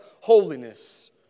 holiness